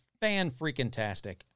fan-freaking-tastic